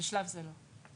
בשלב זה, לא.